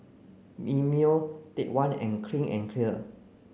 Mimeo Take One and Clean and Clear